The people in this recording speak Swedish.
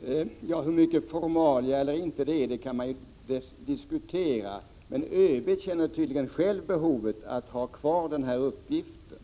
Herr talman! Ja, hur mycket formalia eller inte det är kan man diskutera. Men ÖB känner tydligen själv ett behov av att ha kvar den här uppgiften,